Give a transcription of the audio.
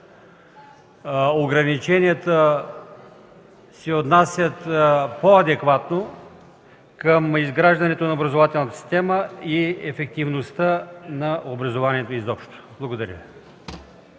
ограниченията се отнасят по-адекватно към изграждането на образователната система и ефективността на образованието изобщо.